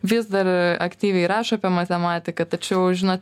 vis dar aktyviai rašo apie matematiką tačiau žinot